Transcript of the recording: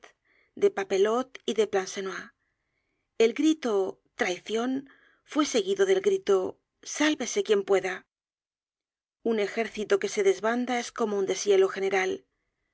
de papelotte y de plancenoit el grito traicion fue seguido del grito sálvese quien pueda un ejército que se desbanda es como un deshielo general